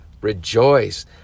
Rejoice